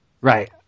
Right